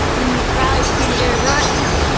and riley's keen to go right now.